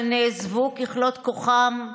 שנעזבו ככלות כוחם?